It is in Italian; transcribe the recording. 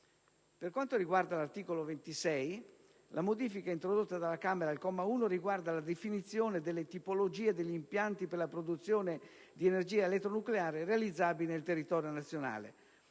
Per quanto riguarda l'articolo 26, la modifica introdotta dalla Camera al comma 1 riguarda la definizione delle tipologie degli impianti per la produzione di energia elettronucleare realizzabili nel territorio nazionale.